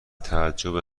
تعجب